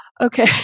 Okay